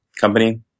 company